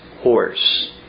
horse